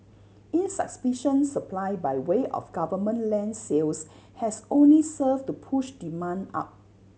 insufficient supply by way of government land sales has only served to push demand up